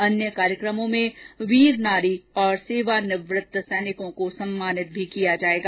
अन्य कार्यक्रमों में वीर नारी और सेवानिवृत्त सैनिकों को सम्मानित भी किया जाएगा